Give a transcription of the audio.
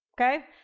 Okay